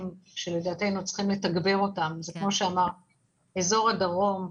שלדעתנו צריך לתגבר אותם זה אזור הדרום,